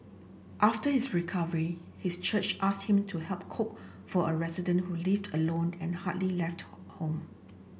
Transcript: after his recovery his church asked him to help cook for a resident who lived alone and hardly left home